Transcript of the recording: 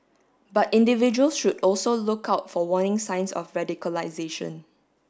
but individuals should also look out for warning signs of radicalization